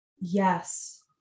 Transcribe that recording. Yes